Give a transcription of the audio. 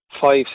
five